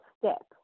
step